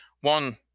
one